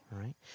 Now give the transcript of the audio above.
right